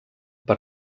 per